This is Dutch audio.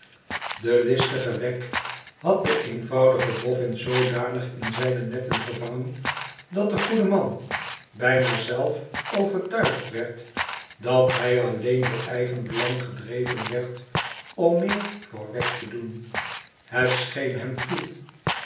de ibtige wegg had den eenvoudigen boffin zoodanig in zijne netten gevangen dat de goede man bijna zeut overtuigd werd dat hij alleen door eigenbelang gedreven werd om meer voor wegg te doen het scheen hem toe